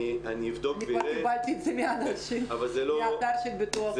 כי זה כבר פורסם אצל הביטוח הלאומי.